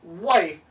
wife